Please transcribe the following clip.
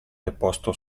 deposto